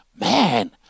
Man